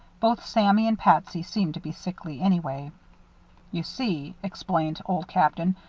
both sammy and patsy seemed to be sickly, anyway. you see, explained old captain,